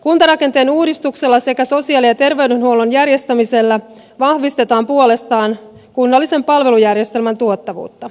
kuntarakenteen uudistuksella sekä sosiaali ja terveydenhuollon järjestämisellä vahvistetaan puolestaan kunnallisen palvelujärjestelmän tuottavuutta